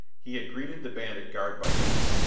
he had greeted the bandit guard by name.